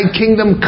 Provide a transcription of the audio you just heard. kingdom